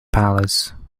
palace